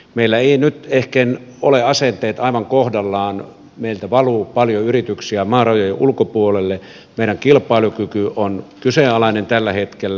meillä ei nyt ehkä ole asenteet aivan kohdallaan meiltä valuu paljon yrityksiä maarajojen ulkopuolelle meidän kilpailukykymme on kyseenalainen tällä hetkellä